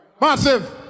Massive